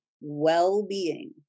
well-being